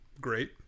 great